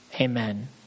Amen